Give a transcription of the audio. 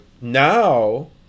now